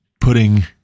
putting